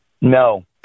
No